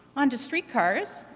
on to streetcars,